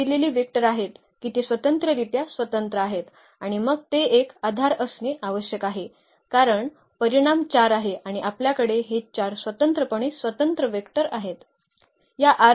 तर येथे दिलेली वेक्टर आहेत की ते स्वतंत्ररित्या स्वतंत्र आहेत आणि मग ते एक आधार असणे आवश्यक आहे कारण परिमाण 4 आहे आणि आपल्याकडे हे 4 स्वतंत्रपणे स्वतंत्र वेक्टर आहेत